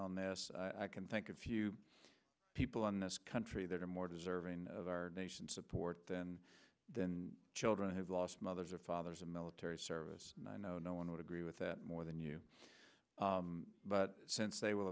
on this i can think of few people in this country that are more deserving of our nation's support than children who've lost mothers or fathers in military service i know no one would agree with that more than you but since they will